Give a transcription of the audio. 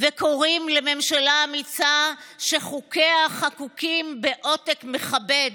וקוראים לממשלה אמיצה שחוקיה חקוקים בעותק מכבד,